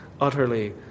utterly